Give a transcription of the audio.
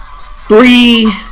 three